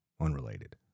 unrelated